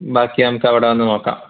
ബാക്കി നമുക്ക് അവിടെ വന്ന് നോക്കാം